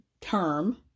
term